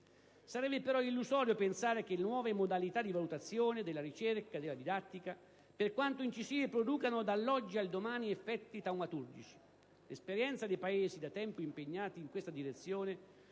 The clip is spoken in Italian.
Sarebbe però illusorio pensare che nuove modalità di valutazione della ricerca e della didattica, per quanto incisive, producano dall'oggi al domani effetti taumaturgici. L'esperienza dei Paesi da tempo impegnati in questa direzione,